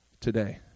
today